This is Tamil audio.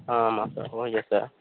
ஆ ஆமாம் சார் ஓ எஸ் சார்